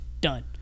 Done